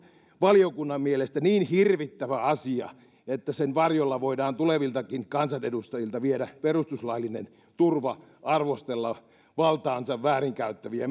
valiokunnan mielestä niin hirvittävä asia että sen varjolla voidaan tuleviltakin kansanedustajilta viedä perustuslaillinen turva arvostella valtaansa väärinkäyttäviä